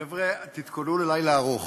חבר'ה, תתכוננו ללילה ארוך.